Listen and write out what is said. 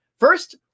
First